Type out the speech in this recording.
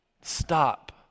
Stop